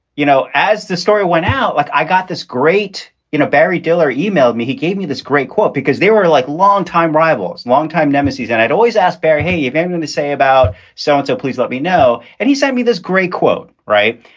you know, as the story went out, like i got this great you know barry diller emailed me. he gave me this great quote because they were like longtime rivals, longtime nemesis. and i'd always ask barry, hey, if i'm going to say about so-and-so, please let me know. and he sent me this great quote. right.